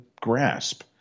grasp